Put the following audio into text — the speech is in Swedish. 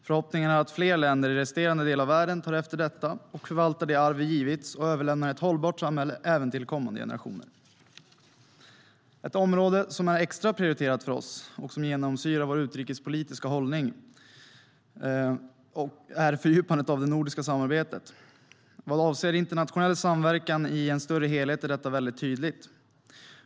Förhoppningen är att fler länder i resterande del av världen tar efter detta och förvaltar det arv vi givits och överlämnar ett hållbart samhälle även till kommande generationer. Ett område som är extra prioriterat för oss och som genomsyrar vår utrikespolitiska hållning är fördjupandet av det nordiska samarbetet. Vad avser internationell samverkan i en större helhet är detta väldigt viktigt.